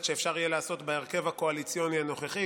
שאפשר יהיה לעשות בהרכב הקואליציוני הנוכחי,